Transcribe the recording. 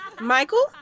Michael